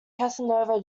casanova